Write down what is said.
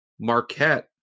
Marquette